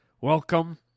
Welcome